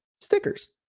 stickers